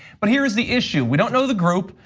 but here is the issue, we don't know the group,